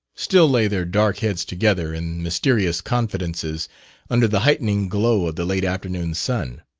still lay their dark heads together in mysterious confidences under the heightening glow of the late afternoon sun.